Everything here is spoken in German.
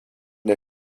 der